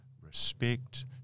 respect